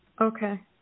okay